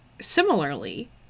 similarly